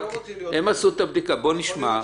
הם עשו את הבדיקה, בואו נשמע.